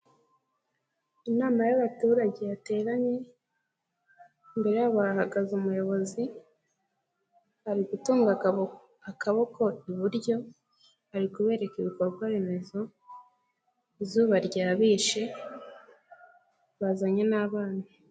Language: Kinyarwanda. Inama y'abaturage yateranye imbere yabo hahagaze umuyobozi ari gutunga akaboko iburyo ari kubereka ibikorwa remezo, izuba ryabishe, bazanye n'abana.